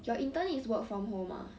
your intern is work from home uh